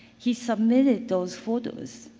he submitted those photos.